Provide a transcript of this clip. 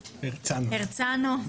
הרצנו.